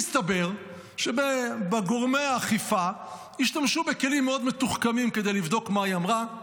מסתבר שגורמי האכיפה השתמשו בכלים מאוד מתוחכמים כדי לבדוק מה היא אמרה,